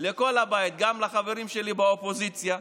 לכל הבית, גם לחברים שלי באופוזיציה.